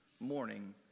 morning